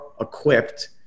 equipped